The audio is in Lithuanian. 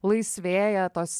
laisvėja tos